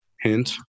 Hint